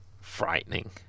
frightening